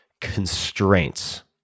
constraints